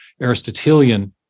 aristotelian